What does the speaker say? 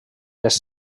les